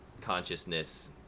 consciousness